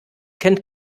kennt